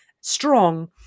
strong